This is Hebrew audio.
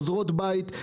עוזרות בית.